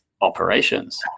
operations